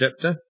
chapter